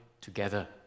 together